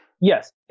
Yes